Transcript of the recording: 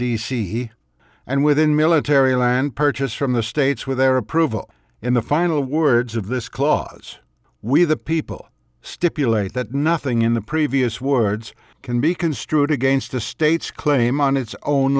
he and within military land purchase from the states with their approval in the final words of this clause we the people stipulate that nothing in the previous words can be construed against the state's claim on its own